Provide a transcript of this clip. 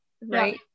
right